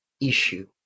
issue